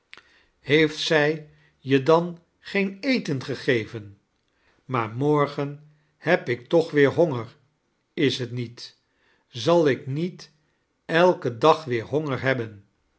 heeft zij je dan geen eten gfcgeven maar morgen heb ik tooh weer honger is t niet zal ik niet elken dag weer honger hebben